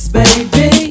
baby